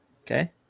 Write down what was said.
okay